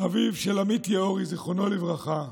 אביו של עמית יאורי, זיכרונו לברכה,